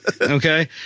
Okay